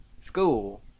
school